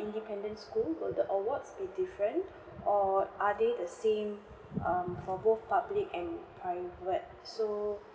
independent school would the awards will be different or are they the same um for both public and private so